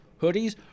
hoodies